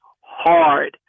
hard